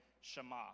Shema